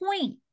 point